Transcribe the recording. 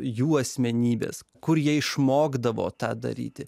jų asmenybes kur jie išmokdavo tą daryti